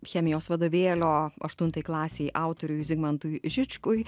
chemijos vadovėlio aštuntai klasei autoriui zigmantui žičkui